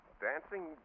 Dancing